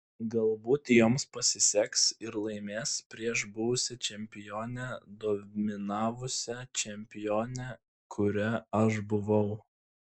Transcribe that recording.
galbūt joms pasiseks ir laimės prieš buvusią čempionę dominavusią čempionę kuria aš buvau